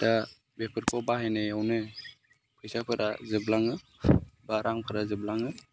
दा बेफोरखौ बाहायनायावनो फैसाफोरा जोबलाङो बा रांफोरा जोबलाङो